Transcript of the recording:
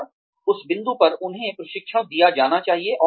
और उस बिंदु पर उन्हें प्रशिक्षण दिया जाना चाहिए